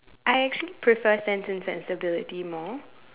I actually prefer sense and sensibility more